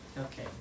Okay